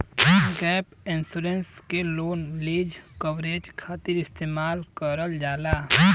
gap insurance के loan lease coverage खातिर इस्तेमाल करल जाला